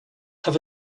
have